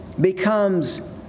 becomes